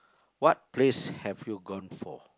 what place have you gone for